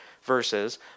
verses